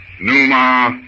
Numa